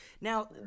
Now